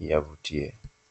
yavutie.